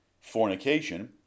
fornication